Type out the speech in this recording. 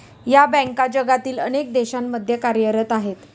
या बँका जगातील अनेक देशांमध्ये कार्यरत आहेत